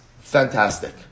fantastic